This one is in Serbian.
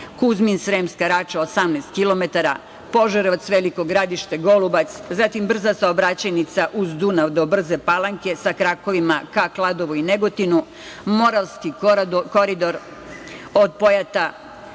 Kuzmin-Sremska Rača 18 kilometara, Požarevac-Veliko Gradište-Golubac, zatim brza saobraćajnica uz Dunav do Brze Palanke, sa krakovima ka Kladovu i Negotinu, Moravski koridor od Pojata